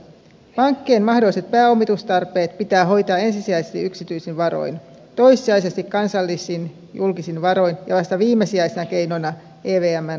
pankkien mahdolliset pääomitustarpeet pitää hoitaa ensisijaisesti yksityisin varoin toissijaisesti kansallisin julkisin varoin ja vasta viimesijaisena keinona evmn rahoitustuella